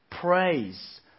praise